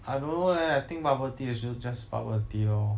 I don't know leh I think bubble tea is just bubble tea lor